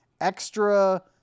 extra